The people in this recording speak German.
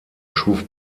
schuf